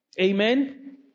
Amen